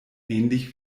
ähnlich